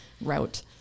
route